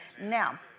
Now